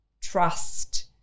trust